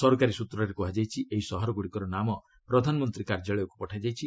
ସରକାରୀ ସୂତ୍ରରେ କୁହାଯାଇଛି ଏହି ସହରଗୁଡ଼ିକର ନାମ ପ୍ରଧାନମନ୍ତ୍ରୀ କାର୍ଯ୍ୟାଳୟକୁ ପଠାଯାଇଛି